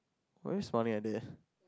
why you smiling like that